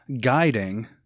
guiding